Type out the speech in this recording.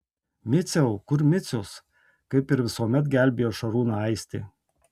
miciau kur micius kaip ir visuomet gelbėjo šarūną aistė